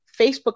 facebook